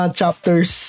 chapters